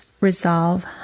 resolve